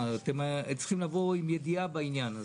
אתם צריכים לבוא עם ידיעה בעניין הזה.